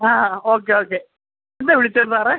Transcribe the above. ആ okay okay എന്താ വിളിച്ചത് സാറെ